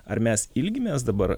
ar mes ilgimės dabar